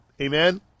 Amen